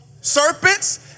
serpents